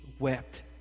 wept